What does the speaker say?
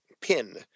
pin